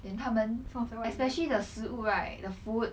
then 他们 especially the 食物 right the food